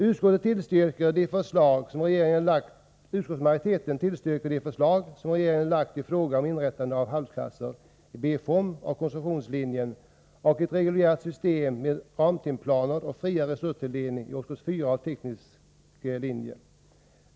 Utskottet tillstyrker de förslag som regeringen har framlagt i fråga om inrättande av halvklasser i B-form av konsumtionslinjen och ett reguljärt system med ramtimplaner och friare resurstilldelning i årskurs 4 av fyraårig teknisk linje.